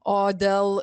o dėl